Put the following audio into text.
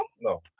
No